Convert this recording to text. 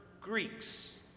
Greeks